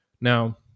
Now